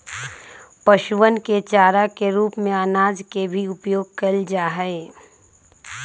पशुअन के चारा के रूप में अनाज के भी उपयोग कइल जाहई